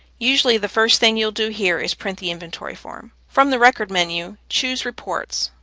usually, the first thing you'll do here is print the inventory form. from the record menu, choose reports,